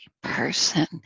person